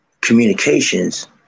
communications